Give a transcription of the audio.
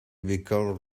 become